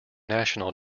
national